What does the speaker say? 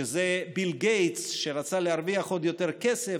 שזה ביל גייטס שרצה להרוויח עוד יותר כסף,